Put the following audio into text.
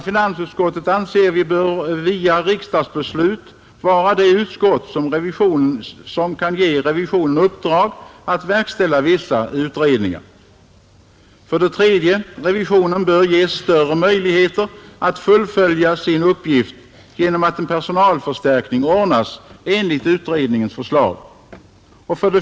Finansutskottet bör enligt vår uppfattning via riksdagsbeslut vara det utskott som kan ge revisionen uppdrag att verkställa vissa utredningar. 3. Revisionen bör ges större möjligheter att fullfölja sin uppgift genom att en personalförstärkning ordnas enligt utredningens förslag.